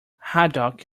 haddock